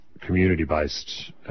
community-based